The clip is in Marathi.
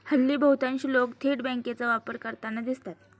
हल्ली बहुतांश लोक थेट बँकांचा वापर करताना दिसतात